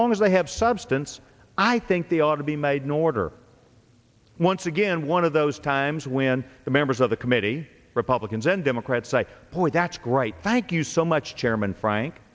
long as they have substance i think they ought to be made in order once again one of those times when the members of the committee republicans and democrats i point that's great thank you so much chairman frank